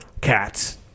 cats